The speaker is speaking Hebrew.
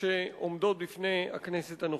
שעומדות בפני הכנסת הנוכחית.